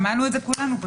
שמענו את זה כולנו.